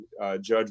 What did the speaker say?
judge